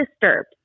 disturbed